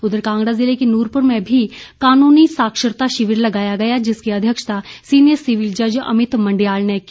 उधर कांगड़ा ज़िले के नूरपुर में भी कानूनी साक्षरता शिविर लगाया गया जिसकी अध्यक्षता सीनियर सिविल जज अमित मंडयाल ने की